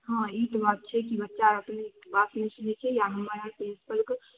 हँ ई तऽ बात छै बात अपने बात नहि सुनै छै या हमर या प्रिंसिपलके